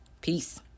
peace